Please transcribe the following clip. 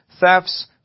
thefts